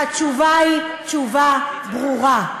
והתשובה היא תשובה ברורה.